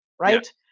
right